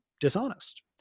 dishonest